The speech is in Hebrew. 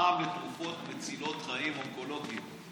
פטור ממע"מ על תרופות מצילות חיים לחולים אונקולוגיים.